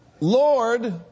Lord